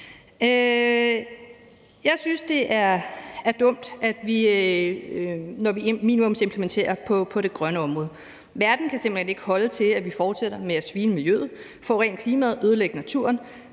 Jeg synes, det er dumt, når vi minimumsimplementerer på det grønne område, fordi verden simpelt hen ikke kan holde til, at vi fortsætter med at tilsvine miljøet, forurene klimaet og ødelægge naturen,